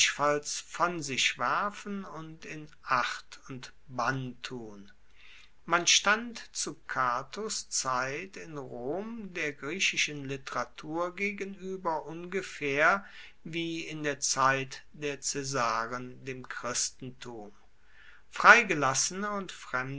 von sich werfen und in acht und bann tun man stand zu catos zeit in rom der griechischen literatur gegenueber ungefaehr wie in der zeit der caesaren dem christentum freigelassene und fremde